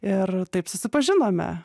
ir taip susipažinome